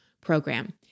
program